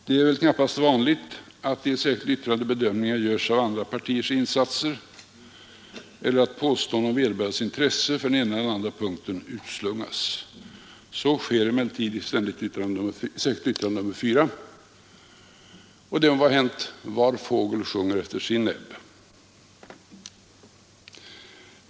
Det är väl knappast vanligt att det i ett särskilt yttrande görs bedömningar av andra partiers insatser eller utslungas påståenden om deras intresse för den ena eller andra punkten. Så sker emellertid i det särskilda yttrandet nr 4. Och det må vara hänt; var fågel sjunger efter sin näbb.